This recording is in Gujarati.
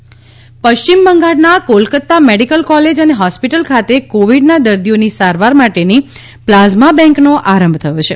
પ્લાઝમા બેન્ક બંગાળ પશ્ચિમ બંગાળના કોલકતા મેડિકલ કોલેજ અને હોસ્પિટલ ખાતે કોવિડના દર્દીઓની સારવાર માટેની પ્લાઝમા બેન્કનો આરંભ થયો છે